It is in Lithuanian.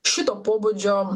šito pobūdžio